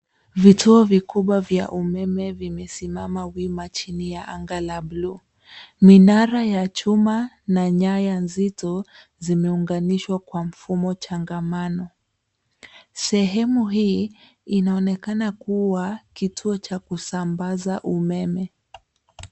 Vituo vikubwa vya umeme vimesimama wima chini ya anga la buluu minara ya chuma na nyaya nzito zimeunganishwa kwa mfumo changamano sehemu hii inaonekana kua kituo cha kusambaza umeme.